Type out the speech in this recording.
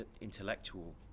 intellectual